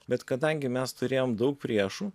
bet kadangi mes turėjom daug priešų